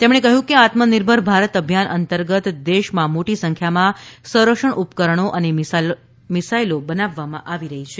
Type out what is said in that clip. તેમણે કહ્યું કે આત્મનિર્ભર ભારત અભિયાન અંતર્ગત દેશમાં મોટી સંખ્યામાં સંરક્ષણ ઉપકરણો અને મિસાઇલો બનાવવામાં આવી રહી છે